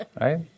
Right